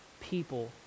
people